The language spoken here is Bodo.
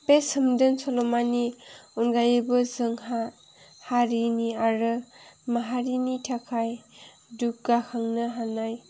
बे सोमदोन सल'मानि अनगायैबो जोंहा हारिनि आरो माहारिनि थाखाय दुग्गाखांनो हानाय